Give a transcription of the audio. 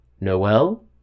Noel